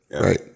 Right